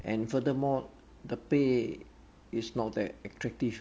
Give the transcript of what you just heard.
and furthermore the pay is not that attractive